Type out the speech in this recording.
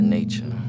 Nature